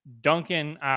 Duncan